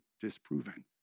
disproven